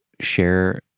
share